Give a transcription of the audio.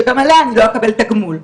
שגם עליה אני לא אקבל תגמול.